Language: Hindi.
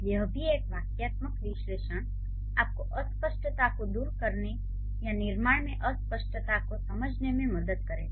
यह भी एक वाक्यात्मक विश्लेषण आपको अस्पष्टता को दूर करने या निर्माण में अस्पष्टता को समझने में मदद करेगा